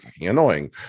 annoying